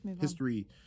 History